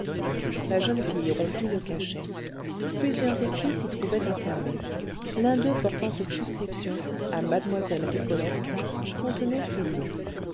la jeune fille rompit le cachet plusieurs écrits s'y trouvaient renfermés l'un d'eux portant cette suscription à mademoiselle rigolette contenait ces mots